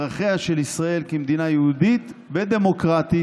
בערכיה של ישראל כמדינה יהודית ודמוקרטית.